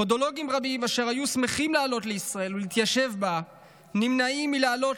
פודולוגים רבים אשר היו שמחים לעלות לישראל ולהתיישב בה נמנעים מלעלות